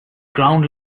ground